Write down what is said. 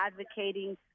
advocating